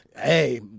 hey